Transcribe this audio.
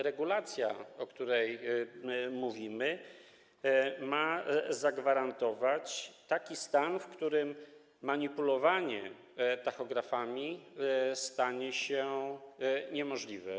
Regulacja, o której mówimy, ma zagwarantować taki stan, w którym manipulowanie tachografami stanie się niemożliwe.